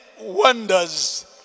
wonders